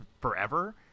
forever